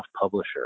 Publisher